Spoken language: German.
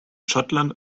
schottland